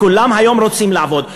כולם היום רוצים לעבוד,